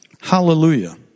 Hallelujah